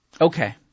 okay